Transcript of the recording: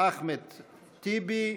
אחמד טיבי,